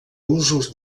usos